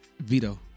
Vito